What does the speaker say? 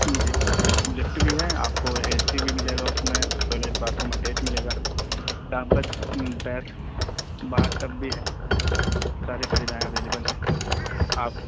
جی lift بھی ہے آپ کو اے سی بھی ملے گا اس میں ٹوائلیٹ باتھ روم اٹیچ ملے گا ٹب بیتھ باتھ ٹب بھی ہے ساری سویدھائیں اویلیبل ہیں آپ